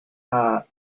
heart